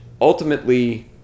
ultimately